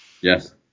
Yes